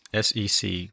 SEC